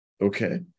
okay